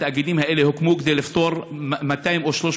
התאגידים האלה הוקמו כדי לתת 200 או 300